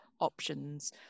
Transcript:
options